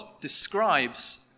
describes